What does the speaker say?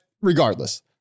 regardless